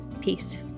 peace